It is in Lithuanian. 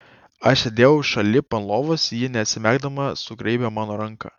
aš sėdėjau šalip ant lovos ji neatsimerkdama sugraibė mano ranką